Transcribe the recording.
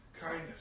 kindness